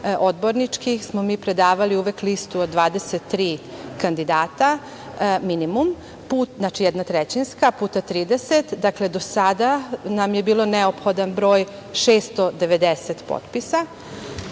odborničkih mesta smo mi predavali uvek listu od 23 kandidata, minimum, znači jednotrećinska, puta 30. Dakle, do sada nam je bio neophodan broj 690 potpisa. Da